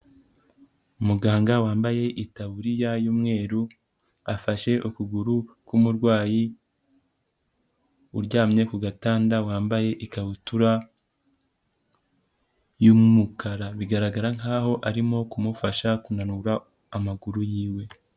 Umuganga wambaye itaburiya y'umweru, afashe ukuguru k'umurwayi uryamye ku gatanda wambaye ikabutura y'umukara, bigaragara nkaho arimo kumufasha kunanura amaguru yiwe.